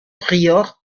prior